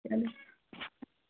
چلو